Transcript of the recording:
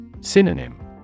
Synonym